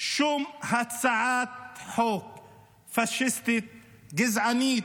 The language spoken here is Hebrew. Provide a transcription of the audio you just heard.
שום הצעת חוק פשיסטית, גזענית,